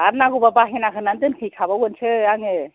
आरो नांगौबा बाहेना होनानै दोनहैखाबावगोनसो आङो